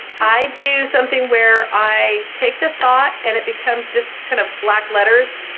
i do something where i take the thought and it becomes just kind of black letters,